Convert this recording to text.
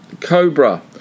Cobra